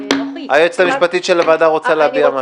אדוני, אני מבקשת שהשב"ס יביע את עמדתו.